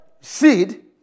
seed